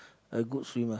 a good swimmer